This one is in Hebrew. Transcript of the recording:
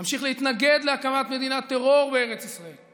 אמשיך להתנגד להקמת מדינת טרור בארץ ישראל,